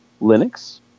Linux